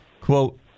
quote